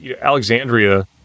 Alexandria